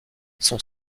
son